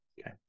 Okay